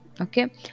Okay